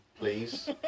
please